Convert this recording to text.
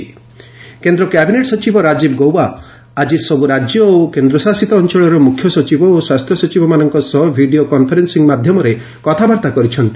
cabinet secretary meeting କେନ୍ଦ୍ର cabinet ସଚିବ ରାଜୀବ ଗୌବା ଆଜି ସବ୍ ରାଜ୍ୟ ଓ କେନ୍ଦ୍ରଶାସିତ ଅଞ୍ଚଳର ମୁଖ୍ୟ ସଚିବ ଓ ସ୍ୱାସ୍ଥ୍ୟ ସଚିବମାନଙ୍କ ସହ ଭିଡ଼ିଓ କନଫରେନ୍ଦିଂ ମାଧ୍ୟମରେ କଥାବାର୍ତ୍ତା କରିଛନ୍ତି